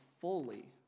fully